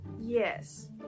Yes